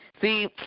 See